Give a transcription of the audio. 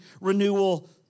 renewal